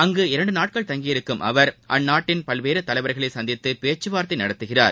அங்கு இரண்டு நாட்கள் தங்கியிருக்கும் அவர் அந்நாட்டின் பல்வேறு தலைவர்களை சந்தித்துப் பேச்சுவார்த்தை நடத்துகிறார்